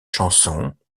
chansons